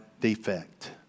defect